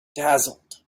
dazzled